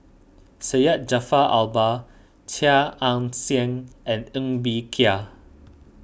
Syed Jaafar Albar Chia Ann Siang and Ng Bee Kia